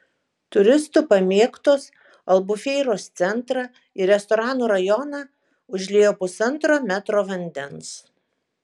turistų pamėgtos albufeiros centrą ir restoranų rajoną užliejo pusantro metro vandens